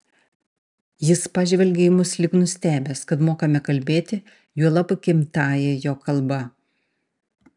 jis pažvelgė į mus lyg nustebęs kad mokame kalbėti juolab gimtąja jo kalba